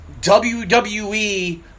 WWE